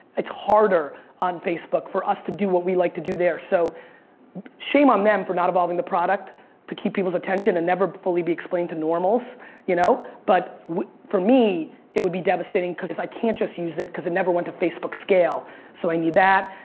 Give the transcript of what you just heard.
it's harder on facebook for us to do what we like to do there. so shame on them for not evolving the product to keep people's attention and never fully be explained to normals you know but for me it would be devastating because i can't just use it because it never went to facebook's scale so i need that.